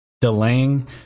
delaying